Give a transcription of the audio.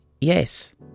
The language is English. Yes